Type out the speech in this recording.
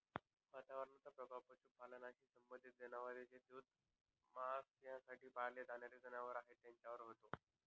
वातावरणाचा प्रभाव पशुपालनाशी संबंधित जनावर जे दूध, मांस यासाठी पाळले जाणारे जनावर आहेत त्यांच्यावर होतो